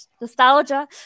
nostalgia